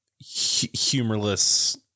humorless